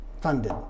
funded